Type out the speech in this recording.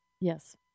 yes